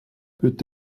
peut